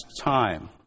time